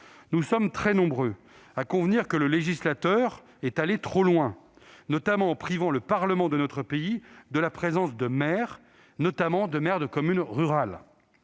Nous sommes très nombreux à convenir que le législateur est allé trop loin, en privant le Parlement de notre pays de la présence, en son sein, de maires, notamment de communes rurales.